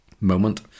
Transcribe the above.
moment